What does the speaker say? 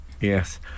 yes